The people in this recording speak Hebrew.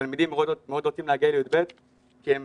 תלמידים בכל זאת מאוד רוצים להגיע ל-י"ב, כי הם